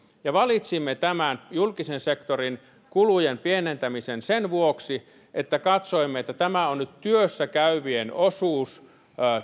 ja valitsimme tämän julkisen sektorin kulujen pienentämisen sen vuoksi että katsoimme että tämä on nyt työssä käyvien osuus